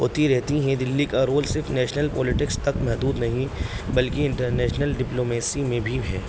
ہوتی رہتی ہیں دلی کا رول صرف نیشنل پولیٹکس تک محدود نہیں بلکہ انٹرنیشنل ڈپلمیسی میں بھی ہے